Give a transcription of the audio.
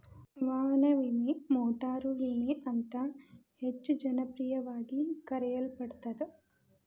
ವಾಹನ ವಿಮೆ ಮೋಟಾರು ವಿಮೆ ಅಂತ ಹೆಚ್ಚ ಜನಪ್ರಿಯವಾಗಿ ಕರೆಯಲ್ಪಡತ್ತ